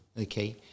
okay